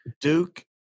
Duke